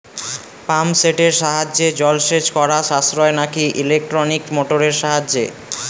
Pump সেটের সাহায্যে জলসেচ করা সাশ্রয় নাকি ইলেকট্রনিক মোটরের সাহায্যে?